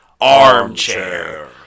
armchair